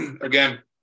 again